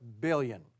billion